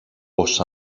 πως